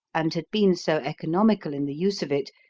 and had been so economical in the use of it,